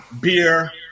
beer